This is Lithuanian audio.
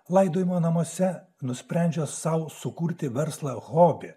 laidojimo namuose nusprendžiau sau sukurti verslą hobį